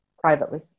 privately